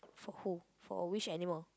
for who for which animal